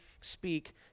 speak